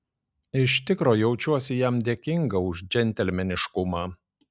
iš tikro jaučiuosi jam dėkinga už džentelmeniškumą